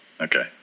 Okay